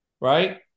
right